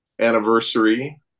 anniversary